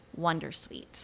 wondersuite